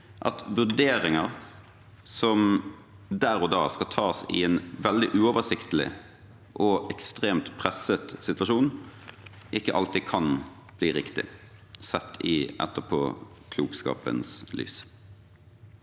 at vurderinger som skal tas der og da, i en veldig uoversiktlig og ekstremt presset situasjon, ikke alltid kan bli riktige, sett i etterpåklokskapens lys.